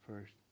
first